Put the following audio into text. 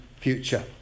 future